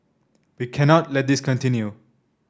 we cannot let this continue